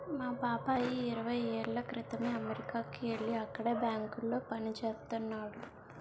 మా బాబాయి ఇరవై ఏళ్ళ క్రితమే అమెరికాకి యెల్లి అక్కడే బ్యాంకులో పనిజేత్తన్నాడు